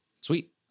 Sweet